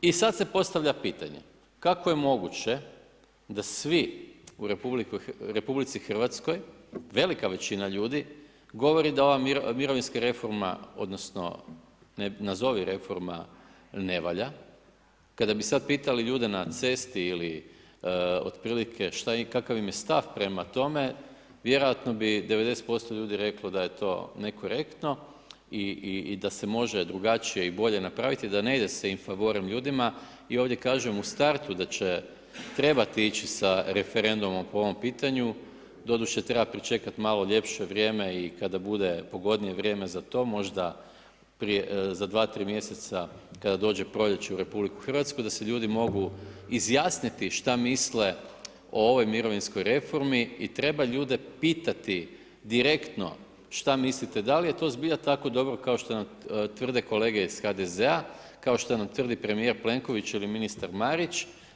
I sad se postavlja pitanje, kako je moguće da svi u RH, velika većina ljudi, govori da ova mirovinska reforma odnosno nazovi reforma ne valja, kada bi sad pitali ljude na cesti ili otprilike kakav im je stav prema tome, vjerojatno bi 90% ljudi reklo da je to nekorektno i da se može drugačije i bolje napraviti da ne ide se infavorem ljudima i ovdje kažem u startu da će trebati ići sa referendumom po ovom pitanju, doduše treba pričekat malo ljepše vrijeme i kada bude pogodnije vrijeme za to, možda za 2, 3 mjeseca kada dođe proljeće u RH da se ljudi mogu izjasniti šta misle o ovoj mirovinskoj reformi i treba ljude pitati direktno, šta mislite da li je to zbilja tako dobro kao što nam tvrde kolege iz HDZ-a, kao što nam tvrdi premijer Plenković ili ministar Marić.